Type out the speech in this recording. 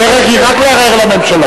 הדרך היא רק לערער לממשלה.